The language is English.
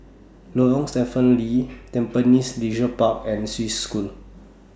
Lorong Stephen Lee Tampines Leisure Park and Swiss School